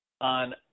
on